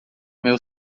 meu